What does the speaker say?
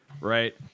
right